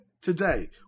today